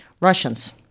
Russians